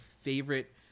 favorite